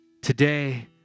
today